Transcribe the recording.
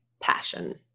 passion